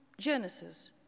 Genesis